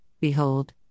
behold